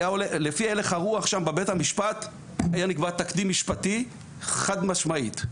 לפי הלך הרוח שם בבית המשפט היה נקבע תקדים משפטי חד משמעית,